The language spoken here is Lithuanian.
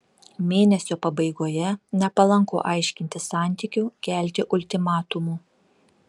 mėnesio pabaigoje nepalanku aiškintis santykių kelti ultimatumų